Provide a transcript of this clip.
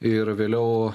ir vėliau